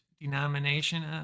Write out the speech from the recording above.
denomination